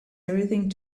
everything